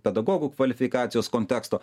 pedagogų kvalifikacijos konteksto